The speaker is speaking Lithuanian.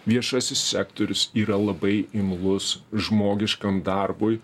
viešasis sektorius yra labai imlus žmogiškam darbui